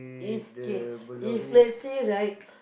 if okay if let's say right